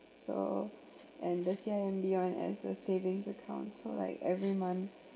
so and this year and beyond as a savings account so like every month